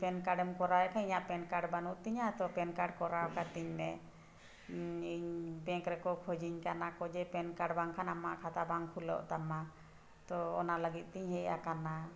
ᱮᱢ ᱠᱚᱨᱟᱣᱮᱫ ᱠᱷᱟᱡ ᱤᱧᱟᱹᱜ ᱯᱮᱱ ᱠᱟᱨᱰ ᱵᱟᱹᱱᱩᱜ ᱛᱤᱧᱟ ᱛᱳ ᱠᱚᱨᱟᱣ ᱠᱟᱹᱛᱤᱧ ᱢᱮ ᱤᱧ ᱨᱮᱠᱚ ᱠᱷᱚᱡᱤᱧ ᱠᱟᱱᱟ ᱠᱚ ᱡᱮ ᱵᱟᱝᱠᱷᱟᱱ ᱟᱢᱟᱜ ᱠᱷᱟᱛᱟ ᱵᱟᱝ ᱠᱷᱩᱞᱟᱹᱜ ᱛᱟᱢᱟ ᱛᱳ ᱚᱱᱟ ᱞᱟᱹᱜᱤᱫᱛᱮᱧ ᱦᱮᱡ ᱟᱠᱟᱱᱟ